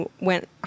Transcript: went